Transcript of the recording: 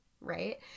right